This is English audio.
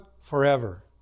forever